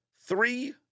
three